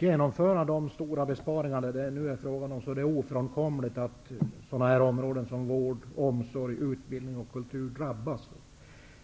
Herr talman! Om dessa besparingar skall genomföras är det ofrånkomligt att områden som vård, omsorg, utbildning och kultur drabbas.